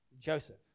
Joseph